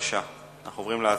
בבקשה, אנחנו עוברים להצבעה.